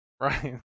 right